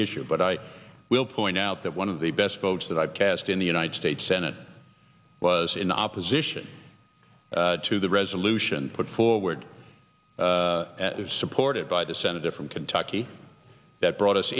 issue but i will point out that one of the best votes that i've cast in the united states senate was in opposition to the resolution put forward supported by the senator from kentucky that brought us